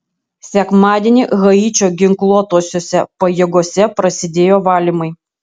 sekmadienį haičio ginkluotosiose pajėgose prasidėjo valymai